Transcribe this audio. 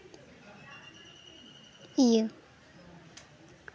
ᱤᱭᱟᱹ